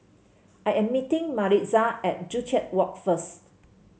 I am meeting Maritza at Joo Chiat Walk first